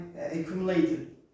accumulated